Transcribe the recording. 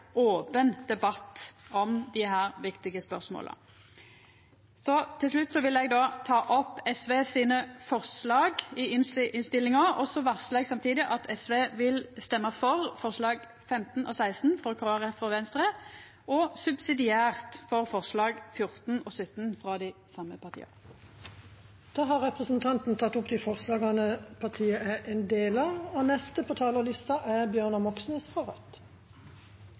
open debatt om desse viktige spørsmåla. Til slutt vil eg ta opp dei forslaga SV er ein del av i innstillinga. Samtidig varslar eg at SV vil stemma for forslag nr. 15 og 16, frå Kristeleg Folkeparti og Venstre, og subsidiært for forslag nr. 14 og 17, frå dei same partia. Representanten Ingrid Fiskaa har tatt opp